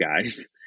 guys